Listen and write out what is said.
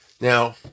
Now